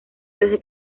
desde